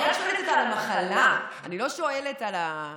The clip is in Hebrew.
אני שואלת על המחלה, אני לא שואלת על האישיות.